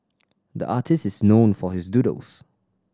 the artist is known for his doodles